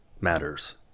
matters